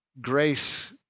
Grace